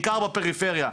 בעיקר בפריפריה.